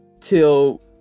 till